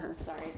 Sorry